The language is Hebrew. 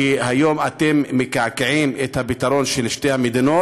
כי היום אתם מקעקעים את הפתרון של שתי המדינות.